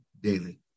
daily